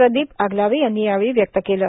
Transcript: प्रदीप आगलावे यांनी यावेळी व्यक्त केली